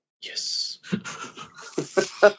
Yes